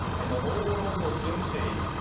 and the whole world will soon see,